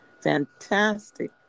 fantastic